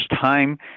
time